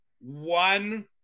one